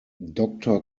doctor